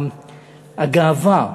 הגאווה.